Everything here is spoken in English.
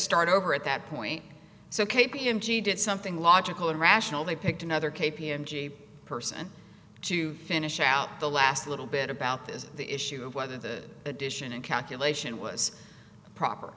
start over at that point so k p m g did something logical and rational they picked another k p m g person to finish out the last little bit about this the issue of whether the addition and calculation was proper